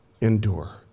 endure